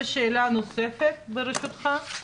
ושאלה נוספת, ברשותך.